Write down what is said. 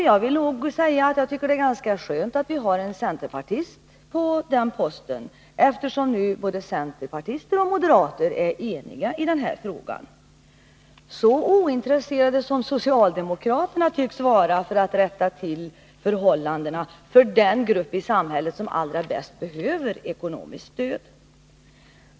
Jag tycker nog att det är ganska skönt att vi har en centerpartist på den posten, eftersom både centerpartister och moderater är eniga i denna fråga. Socialdemokraterna tycks vara ointresserade när det gäller att rätta till förhållandena för den grupp i samhället som allra bäst behöver ekonomiskt stöd.